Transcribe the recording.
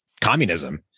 communism